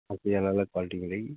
आपकी अलग अलग कोल्टी मिलेगी